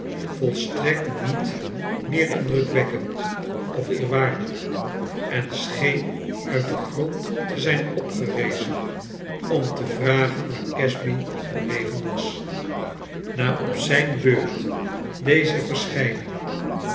volstrekt niet meer indrukwekkend of eerwaardig en scheen uit den grond te zijn opgerezen om te vragen waar casby gebleven was na op zijn beurt deze verschijning